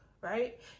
right